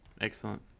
Excellent